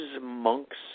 monks